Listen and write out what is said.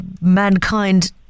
mankind